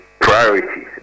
priorities